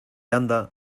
anda